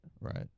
Right